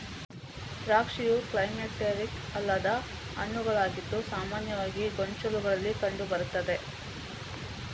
ದ್ರಾಕ್ಷಿಯು ಕ್ಲೈಮ್ಯಾಕ್ಟೀರಿಕ್ ಅಲ್ಲದ ಹಣ್ಣುಗಳಾಗಿದ್ದು ಸಾಮಾನ್ಯವಾಗಿ ಗೊಂಚಲುಗಳಲ್ಲಿ ಕಂಡು ಬರುತ್ತದೆ